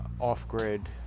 off-grid